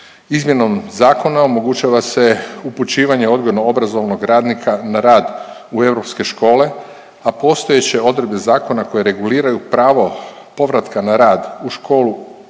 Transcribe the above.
Izmjenom zakona omogućava se upućivanje odgojno obrazovnog radnika na rad u europske škole, a postojeće odredbe zakona koje reguliraju pravo povratka na rad u školu